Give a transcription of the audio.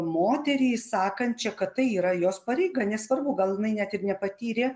moterį sakančią kad tai yra jos pareiga nesvarbu gal jinai net ir nepatyrė